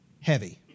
heavy